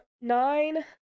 Nine